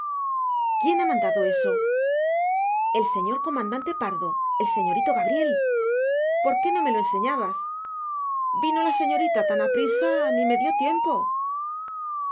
quién ha mandado eso el señor comandante pardo el señorito gabriel por qué no me lo enseñabas vino la señorita tan aprisa ni me dio tiempo